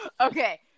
Okay